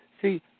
See